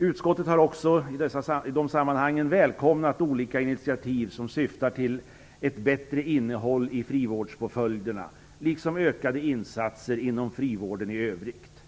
Utskottet har också i dessa sammanhang välkomnat olika initiativ som syftar till ett bättre innehåll i frivårdspåföljderna liksom ökade insatser inom frivården i övrigt.